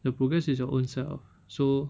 the progress is your own self so